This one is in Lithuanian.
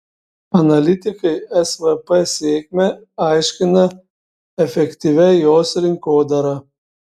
analitikai svp sėkmę aiškina efektyvia jos rinkodara